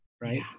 right